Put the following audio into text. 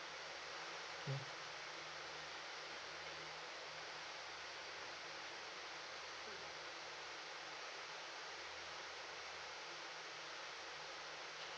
okay